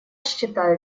считаю